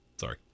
Sorry